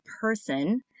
person